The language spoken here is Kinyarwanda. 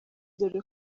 dore